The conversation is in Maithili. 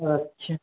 अच्छे